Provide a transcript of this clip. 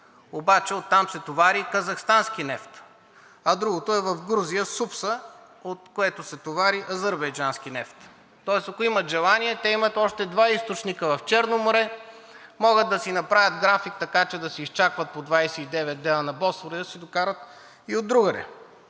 но оттам се товари казахстански нефт, а другото е в Грузия – Супса, от което се товари азърбайджански нефт. Тоест, ако имат желание, те имат още два източника в Черно море, могат да си направят график, така че да се изчаква по 29 дни на Босфора и да се докарва и от другаде.